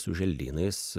su želdynais